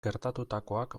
gertatutakoak